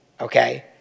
Okay